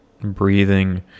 breathing